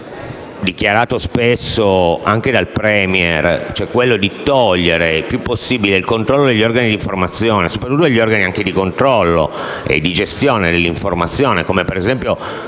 dichiarato spesso anche dal *Premier*, occorre togliere il più possibile il controllo degli organi di informazione e soprattutto anche degli organi di controllo e di gestione dell'informazione come, per esempio,